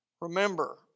remember